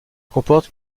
comporte